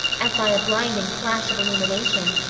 as by a blinding flash of illumination,